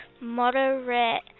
moderate